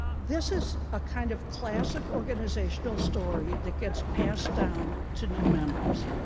this is a kind of classic organizational story that gets passed down to new members.